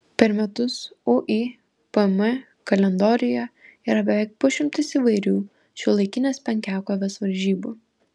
per metus uipm kalendoriuje yra beveik pusšimtis įvairių šiuolaikinės penkiakovės varžybų